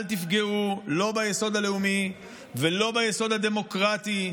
אל תפגעו לא ביסוד הלאומי ולא ביסוד הדמוקרטי.